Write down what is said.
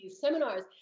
seminars